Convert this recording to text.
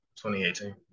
2018